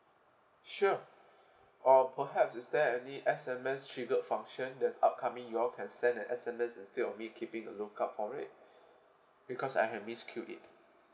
sure or perhaps is there any S_M_S triggered function that's upcoming you all can send an S_M_S instead of me keeping a lookout for it because I have missed queue it